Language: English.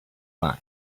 find